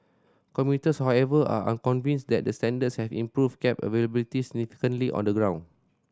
commuters however are unconvinced that the standards have improved cab availability significantly on the ground